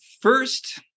first